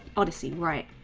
ah unseen right,